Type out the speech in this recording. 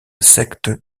secte